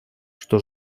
что